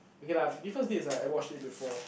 okay lah Fifty First Date is like I watched it before